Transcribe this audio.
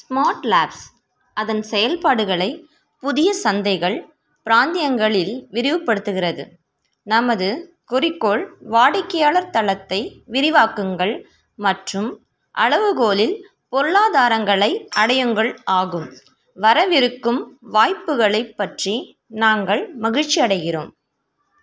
smart Labs அதன் செயல்பாடுகளை புதிய சந்தைகள் பிராந்தியங்களில் விரிவுபடுத்துகிறது நமது குறிக்கோள் வாடிக்கையாளர் தளத்தை விரிவாக்குங்கள் மற்றும் அளவுகோலில் பொருளாதாரங்களை அடையுங்கள் ஆகும் வரவிருக்கும் வாய்ப்புகளைப் பற்றி நாங்கள் மகிழ்ச்சியடைகிறோம்